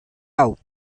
love